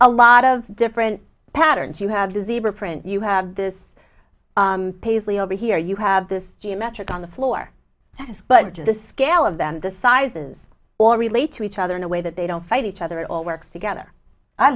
a lot of different patterns you have zero print you have this paisley over here you have this geometric on the floor but the scale of them the sizes all relate to each other in a way that they don't fight each other it all works together i